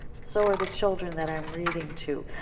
so are the children that i am reading to.